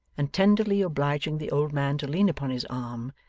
and tenderly obliging the old man to lean upon his arm,